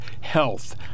health